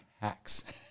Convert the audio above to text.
hacks